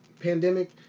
pandemic